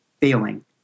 failing